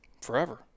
forever